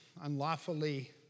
unlawfully